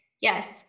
Yes